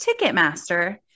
Ticketmaster